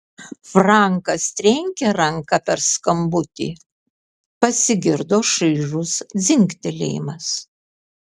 frankas trenkė ranka per skambutį pasigirdo šaižus dzingtelėjimas